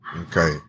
Okay